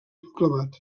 proclamat